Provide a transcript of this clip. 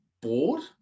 bored